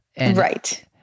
Right